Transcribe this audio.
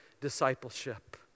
discipleship